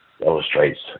illustrates